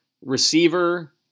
receiver